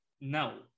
No